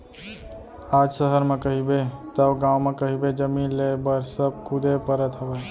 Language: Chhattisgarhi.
आज सहर म कहिबे तव गाँव म कहिबे जमीन लेय बर सब कुदे परत हवय